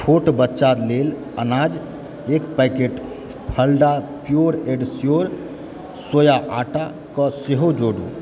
छोट बच्चा लेल अनाज एक पैकेट पलडा प्योर एण्ड स्योर सोया आटाकेँ सेहो जोड़ु